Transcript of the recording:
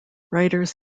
writers